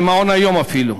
ממעון-היום אפילו,